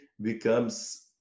becomes